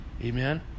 Amen